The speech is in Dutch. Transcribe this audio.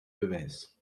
bewijs